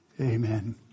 Amen